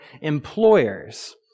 employers